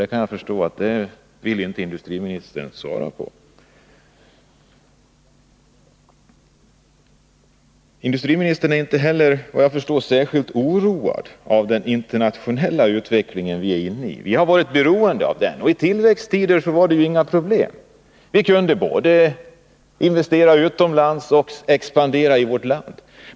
Jag kan därför förstå att industriministern inte vill svara på frågan. Industiministern är inte heller, efter vad jag förstår, särskilt oroad över den nuvarande internationella utvecklingen. Vi har varit beroende av den, och i tillväxttider innebar det inga problem. Vi kunde både investera utomlands och expandera i vårt land.